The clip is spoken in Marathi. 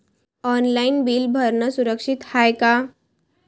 ऑनलाईन बिल भरनं सुरक्षित हाय का?